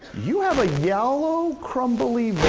you have a yellow crumbly